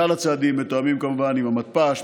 כלל הצעדים מתואמים כמובן עם המתפ"ש,